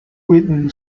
within